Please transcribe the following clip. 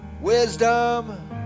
Wisdom